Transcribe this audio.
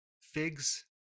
figs